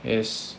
yes